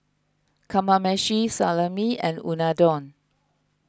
Kamameshi Salami and Unadon